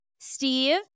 Steve